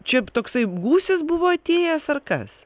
čia toksai gūsis buvo atėjęs ar kas